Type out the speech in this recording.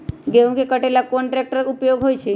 गेंहू के कटे ला कोंन ट्रेक्टर के उपयोग होइ छई?